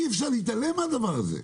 אי אפשר להתעלם מן הדבר הזה.